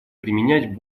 применять